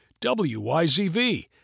WYZV